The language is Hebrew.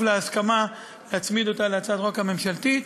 להסכמה להצמיד אותה להצעת החוק הממשלתית.